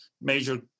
major